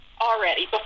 already